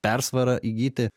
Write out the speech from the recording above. persvarą įgyti